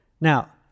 Now